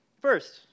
First